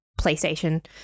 PlayStation